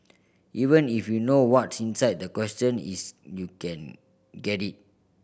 even if you know what's inside the question is you can get it